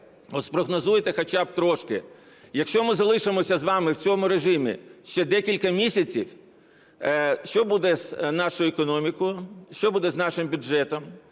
але спрогнозуйте хоча б трошки. Якщо ми залишимося з вами в цьому режимі ще декілька місяців, що буде з нашою економікою, що буде з нашим бюджетом?